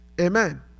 amen